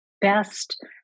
best